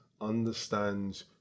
understand